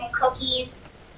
cookies